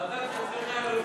איציק, רק אצלך אין רפורמות.